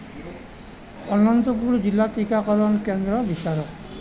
অনন্তপুৰ জিলাত টীকাকৰণ কেন্দ্ৰ বিচাৰক